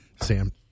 Sam